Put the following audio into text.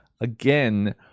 Again